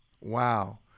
Wow